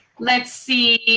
let's see.